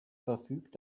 verfügt